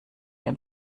dem